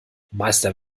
meister